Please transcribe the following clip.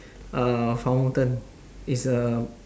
a fountain it's a